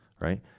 right